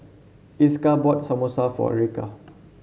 Esker bought Samosa for Erica